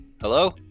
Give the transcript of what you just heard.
Hello